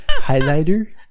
Highlighter